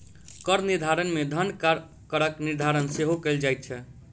कर निर्धारण मे धन करक निर्धारण सेहो कयल जाइत छै